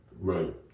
Right